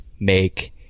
make